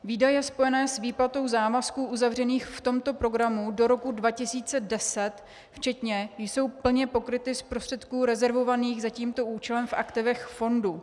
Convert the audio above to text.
Výdaje spojené s výplatou závazků uzavřených v tomto programu do roku 2010 včetně jsou plně pokryty z prostředků rezervovaných za tímto účelem v aktivech fondu.